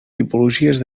tipologies